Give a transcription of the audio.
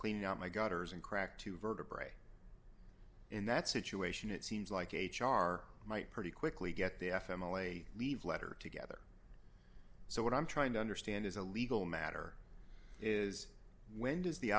cleaning out my gutters and cracked two vertebrae in that situation it seems like h r might pretty quickly get the f emily leave letter together so what i'm trying to understand as a legal matter is when does the